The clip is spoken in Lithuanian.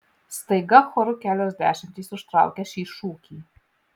staiga choru kelios dešimtys užtraukia šį šūkį